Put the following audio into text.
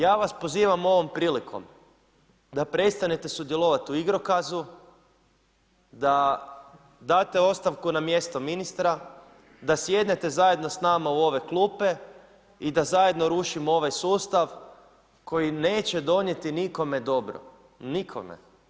Ja vas pozivam ovom prilikom da prestanete sudjelovati u igrokazu, da date ostavku na mjesto ministra, da sjednete zajedno s nama u ove klupe i da zajedno rušimo ovaj sustav koji neće donijeti nikome dobro, nikome.